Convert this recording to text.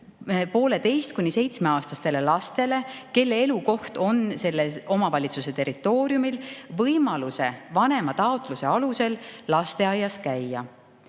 pooleteise‑ kuni seitsmeaastastele lastele, kelle elukoht on selle omavalitsuse territooriumil, võimaluse vanema taotluse alusel lasteaias käia.